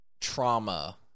trauma